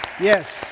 yes